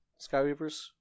Skyweavers